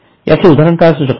याचे उदाहरण काय असू शकेल